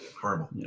Horrible